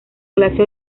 clase